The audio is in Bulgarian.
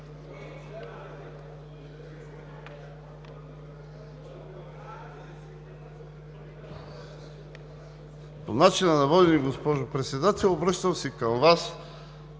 По начина на водене, госпожо Председател. Обръщам се към Вас